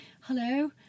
hello